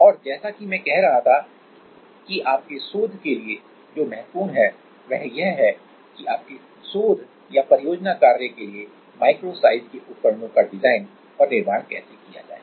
और जैसा कि मैं कह रहा था कि आपके शोध के लिए जो महत्वपूर्ण है वह यह है कि आपके शोध या परियोजना कार्य के लिए माइक्रो साइज के उपकरणों का डिजाइन और निर्माण कैसे किया जाए